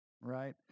right